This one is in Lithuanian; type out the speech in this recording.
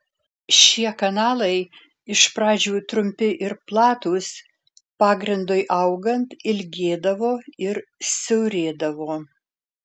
šie kanalai iš pradžių trumpi ir platūs pagrindui augant ilgėdavo ir siaurėdavo